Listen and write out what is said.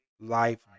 life